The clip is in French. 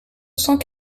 cent